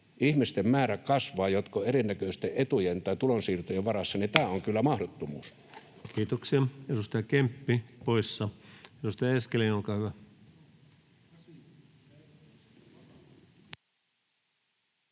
ihmisten määrä kasvaa, jotka ovat erinäköisten etujen tai tulonsiirtojen varassa. Tämä on kyllä mahdottomuus. Kiitoksia. — Edustaja Kemppi poissa. — Edustaja Eskelinen, olkaa hyvä.